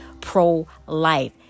pro-life